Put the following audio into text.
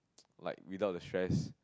like without the stress